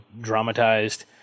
dramatized